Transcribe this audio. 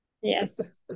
yes